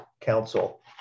council